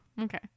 okay